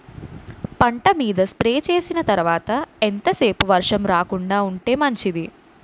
పంట మీద స్ప్రే చేసిన తర్వాత ఎంత సేపు వర్షం రాకుండ ఉంటే మంచిది?